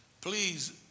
Please